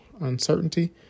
uncertainty